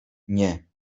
nie